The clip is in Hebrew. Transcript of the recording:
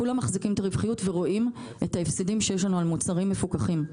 כולם מחזיקים את הרווחיות ורואים את ההפסדים שיש לנו על מוצרים מפוקחים.